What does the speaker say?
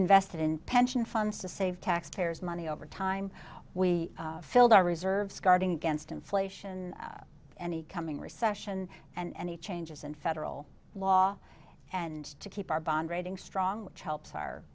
invested in pension funds to save taxpayers money over time we filled our reserves guarding against inflation any coming recession and the changes in federal law and to keep our bond rating strong which helps